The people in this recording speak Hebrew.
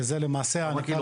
שזה למעשה הקו,